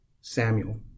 Samuel